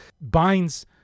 binds